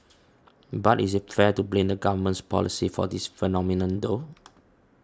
but is it fair to blame the government's policy for this phenomenon though